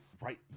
right